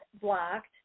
blocked